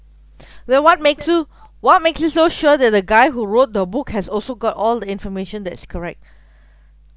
then what makes you what makes you so sure that the guy who wrote the book has also got all information that is correct